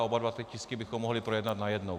Oba dva tisky bychom mohli projednat najednou.